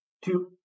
Two